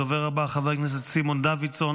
הדובר הבא, חבר הכנסת סימון דוידסון.